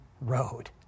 road